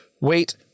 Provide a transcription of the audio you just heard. wait